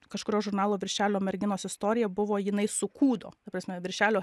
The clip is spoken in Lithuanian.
kažkurio žurnalo viršelio merginos istorija buvo jinai sukūdo ta prasme viršelio